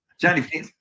Johnny